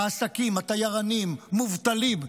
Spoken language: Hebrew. העסקים, התיירנים מובטלים.